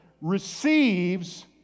receives